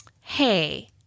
hey